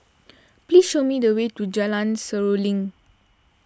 please show me the way to Jalan Seruling